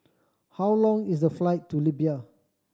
how long is the flight to Libya